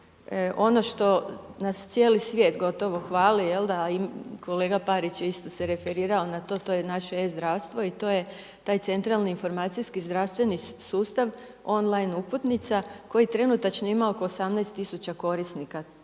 Ono što nas cijeli svijet gotovo hvali, a i kolega Parić je isto se referirao na to, to je naše e-zdravstvo i to je taj centralni informacijski zdravstveni sustav on-line uputnica koji trenutno ima oko 18 tisuća korisnika,